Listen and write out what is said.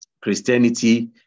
Christianity